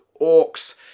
orcs